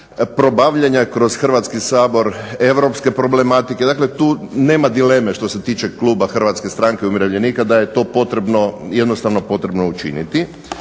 probavljanja kroz Hrvatski sabor europske problematike. Dakle, tu nema dileme što se tiče kluba Hrvatske stranke umirovljenika da je to potrebno jednostavno potrebno učiniti,